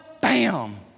bam